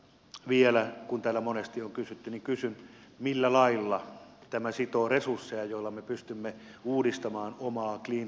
vielä kun täällä monesti on kysytty kysyn millä lailla tämä sitoo resursseja joilla me pystymme uudistamaan omaa cleantech sektoriamme